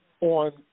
on